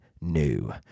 new